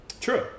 True